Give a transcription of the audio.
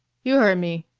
you heard me.